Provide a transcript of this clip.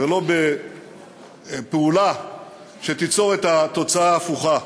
ולא בפעולה שתיצור את התוצאה ההפוכה.